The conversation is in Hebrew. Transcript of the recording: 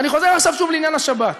ואני חוזר עכשיו לעניין השבת.